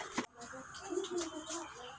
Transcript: मला दिले जाणारे कर्ज हे कोणत्या पिरियडचे असेल?